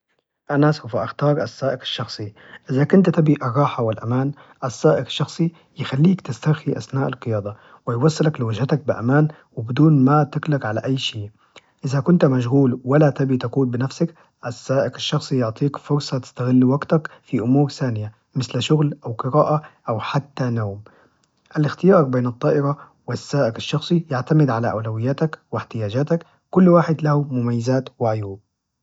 أنا سوف أختار السائق الشخصي، إذا كنت تبي الراحة والأمان السائق الشخصي يخليك تسترخي أثناء القيادة، ويوصلك لوجهتك بأمان وبدون ما تقلق على أي شي، إذا كنت مشغول ولا تبي تقود بنفسك السائق الشخصي يعطيك فرصة تستغل وقتك في أمور ثانية مثل شغل أو قراءة أو حتى نوم، الاختيار بين الطائرة والسائق الشخصي يعتمد على أولوياتك واحتياجاتك كل واحد له مميزات وعيوب.